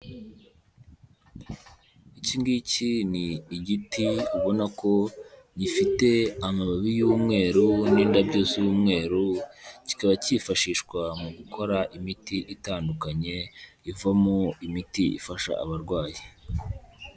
Iki ngiki ni igiti ubona ko gifite amababi y'umweru n'indabyo z'umweru, kikaba kifashishwa mu gukora imiti itandukanye ivamo imiti ifasha abarwayi.